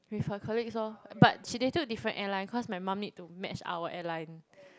with her colleagues lor but she they took different airline cause my mum need to match our airline